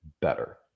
better